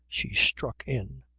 she struck in.